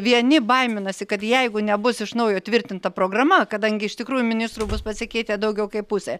vieni baiminasi kad jeigu nebus iš naujo tvirtinta programa kadangi iš tikrųjų ministrų bus pasikeitę daugiau kaip pusė